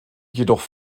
jedoch